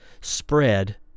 spread